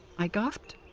i gasped.